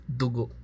dugo